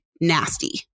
nasty